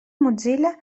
mozilla